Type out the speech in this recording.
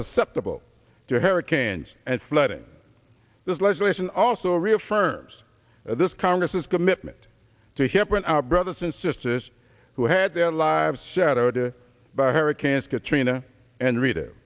susceptible to hurricanes and flooding this legislation also reaffirms this congress is commitment to hipper and our brothers and sisters who had their lives shattered by hurricanes katrina and r